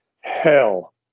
hell